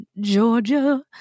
Georgia